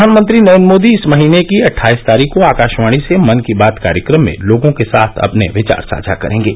प्रधानमंत्री नरेन्द्र मोदी इस महीने की अट्ठाईस तारीख को आकाशवाणी से मन की बात कार्यक्रम में लोगों के साथ अपने विचार साझा करेंगे